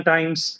Times